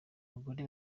bagore